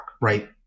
right